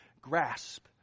grasp